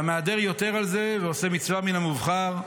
והמהדר יותר על זה ועושה מצווה מן המובחר,